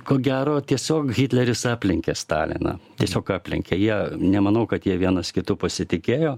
ko gero tiesiog hitleris aplenkė staliną tiesiog aplenkė jie nemanau kad jie vienas kitu pasitikėjo